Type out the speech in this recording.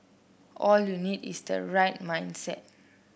all you need is the right mindset